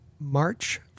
March